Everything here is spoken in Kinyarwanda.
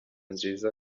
nziza